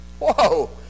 Whoa